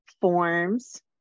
forms